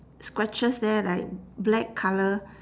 scratches there like black colour